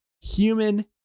human